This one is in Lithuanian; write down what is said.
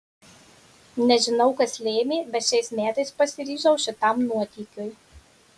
nežinau kas lėmė bet šiais metais pasiryžau šitam nuotykiui